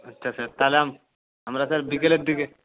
আচ্ছা স্যার তাহলে আমরা স্যার বিকেলের দিকে